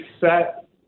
set